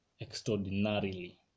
extraordinarily